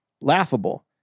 laughable